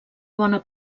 bona